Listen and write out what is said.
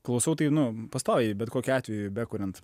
klausau tai nu pastoviai bet kokiu atveju bekuriant